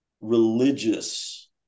religious